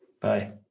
Bye